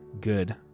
Good